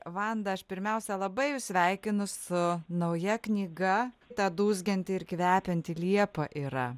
vanda aš pirmiausia labai jus sveikinu su nauja knyga ta dūzgianti ir kvepianti liepa yra